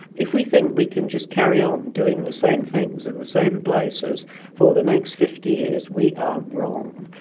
if we think we can just carry on doing the same things in the same places for the next fifty years, we are wrong.